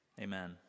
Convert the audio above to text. amen